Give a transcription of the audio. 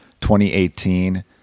2018